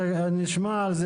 אני מסכימה אתך.